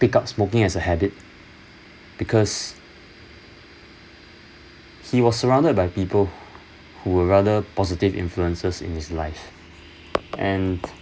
pick up smoking as a habit because he was surrounded by people who were rather positive influences in his life and